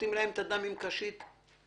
שותים להם את הדם עם קשית ---.